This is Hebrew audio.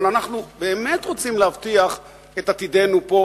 הלוא אנחנו באמת רוצים להבטיח את עתידנו פה,